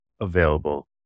available